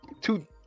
two